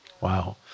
Wow